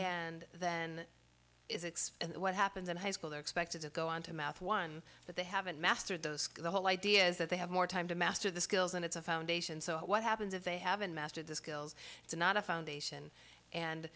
and then is explained what happens in high school they're expected to go on to math one that they haven't mastered those the whole idea is that they have more time to master the skills and it's a foundation so what happens if they haven't mastered the skills it's not a foundation and